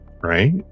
Right